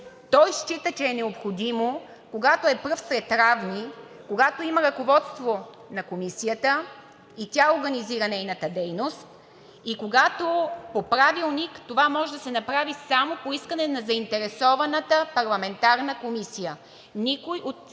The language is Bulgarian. Той счита, че е необходимо, когато е пръв сред равни, когато има ръководство на Комисията и тя организира нейната дейност и когато по Правилник това може да се направи само по искане на заинтересованата парламентарна комисия.